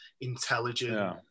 intelligent